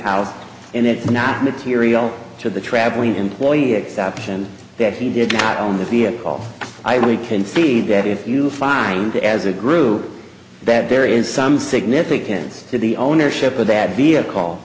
house and it's not material to the traveling employee exception that he did not own this vehicle i only can see that if you find as a group that there is some significance to the ownership of that v